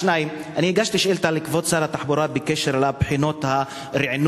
2. אני הגשתי שאילתא לכבוד שר התחבורה בקשר לבחינות הרענון.